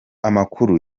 amakuru